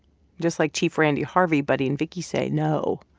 just like chief randy harvey, buddy and vicky say no.